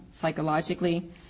psychologically